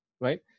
right